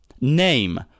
Name